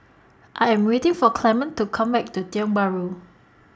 I Am waiting For Clement to Come Back to Tiong Bahru